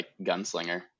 gunslinger